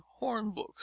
hornbooks